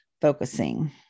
focusing